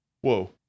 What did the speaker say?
Whoa